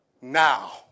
Now